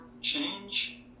change